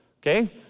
Okay